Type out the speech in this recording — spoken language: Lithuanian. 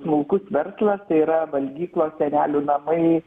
smulkus verslas tai yra valgyklos senelių namai